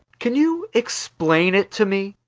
can you explain it to me?